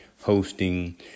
hosting